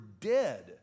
dead